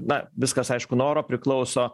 na viskas aišku nuo oro priklauso